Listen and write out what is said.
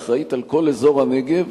שאחראית על כל אזור הנגב,